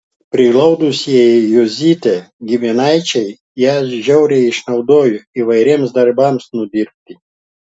priglaudusieji juzytę giminaičiai ją žiauriai išnaudojo įvairiems darbams nudirbti